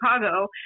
Chicago